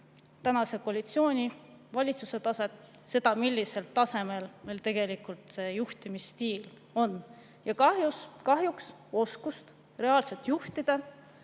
tänase koalitsiooni ja valitsuse taset, seda, millisel tasemel tegelikult juhtimisstiil on. Kahjuks oskust reaalselt juhtida,